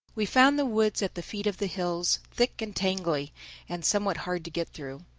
we found the woods at the feet of the hills thick and tangly and somewhat hard to get through.